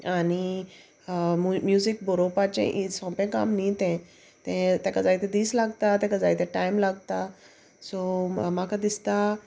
आनी म्युजीक बरोवपाचें इज सोंपें काम न्ही तें तें तेका जायते दीस लागता तेका जायते टायम लागता सो म्हाका दिसता